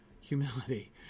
humility